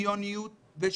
שוויוניות ושקיפות.